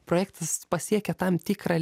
projektas pasiekia tam tikrą